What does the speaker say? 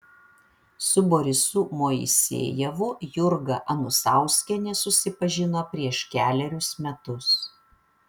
su borisu moisejevu jurga anusauskienė susipažino prieš kelerius metus